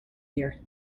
here